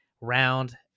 round